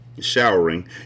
showering